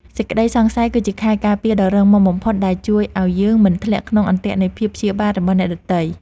សេចក្តីសង្ស័យគឺជាខែលការពារដ៏រឹងមាំបំផុតដែលជួយឱ្យយើងមិនធ្លាក់ក្នុងអន្ទាក់នៃភាពព្យាបាទរបស់អ្នកដទៃ។